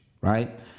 right